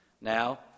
Now